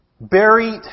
buried